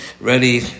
ready